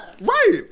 Right